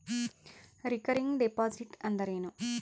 Recurring deposit ಅಂದರೇನು?